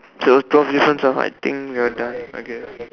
so twelve differences are I think we are done okay